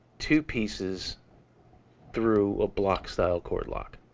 two pieces through a block-style cord lock.